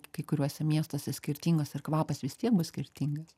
kai kuriuose miestuose skirtingos ir kvapas vis tiek bus skirtingas